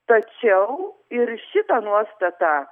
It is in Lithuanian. tačiau ir šitą nuostatą